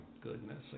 goodness